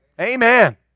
Amen